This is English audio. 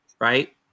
right